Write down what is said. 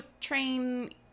train